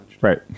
Right